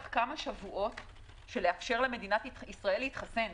כמה שבועות של לאפשר למדינת ישראל להתחסן.